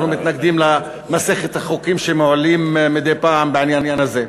אנחנו מתנגדים למסכת החוקים שמועלים מדי פעם בעניין הזה.